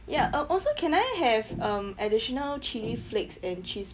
ya uh also can I have um additional chilli flakes and cheese